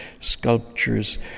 sculptures